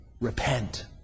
repent